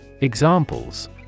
Examples